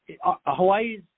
hawaii's